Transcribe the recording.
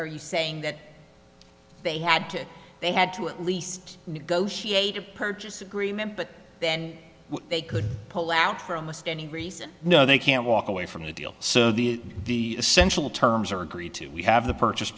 re you saying that they had to they had to at least negotiate a purchase agreement but then they could pull out for almost any reason no they can't walk away from the deal so the the essential terms are agreed to we have the purchase